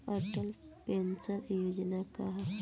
Atal pension Yojana का ह?